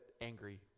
angry